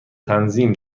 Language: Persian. تنظیم